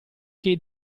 che